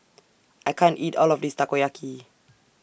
I can't eat All of This Takoyaki